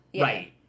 Right